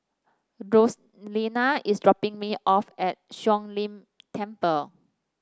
roseanna is dropping me off at Siong Lim Temple